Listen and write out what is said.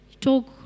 Talk